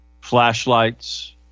Flashlights